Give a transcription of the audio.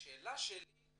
שאלתי היא